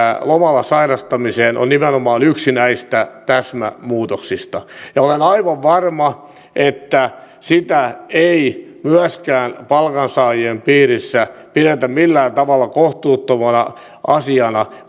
lomalla sairastamiseen on nimenomaan yksi näistä täsmämuutoksista olen aivan varma että sitä ei myöskään palkansaajien piirissä pidetä millään tavalla kohtuuttomana asiana